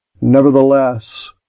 Nevertheless